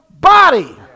body